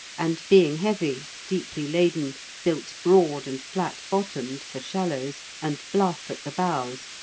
and being heavy, deeply laden, built broad and flat-bottomed for shallows, and bluff at the bows,